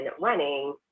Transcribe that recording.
running